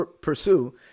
pursue